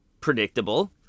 predictable